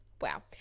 Wow